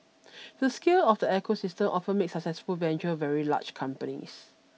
the scale of the ecosystem often makes successful ventures very large companies